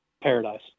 paradise